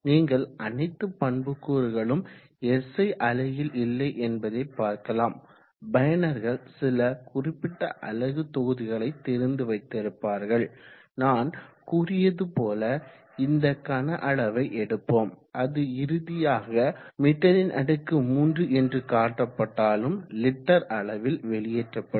நீங்கள் அனைத்து பண்புக்கூறுகளும் SI அலகில் இல்லை என்பதை பார்க்கலாம் பயனர்கள் சில குறிப்பிட்ட அலகு தொகுதிகளை தெரிந்து வைத்திருப்பார்கள் நான் கூறியதை போல இந்த கன அளவை எடுப்போம் அது இறுதியாக மீ3 என்று காட்டப்பட்டாலும் லிட்டர் அளவில் வெளியேற்றப்படும்